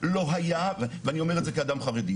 מוניתי לתפקידי,